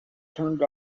turned